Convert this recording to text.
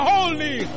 Holy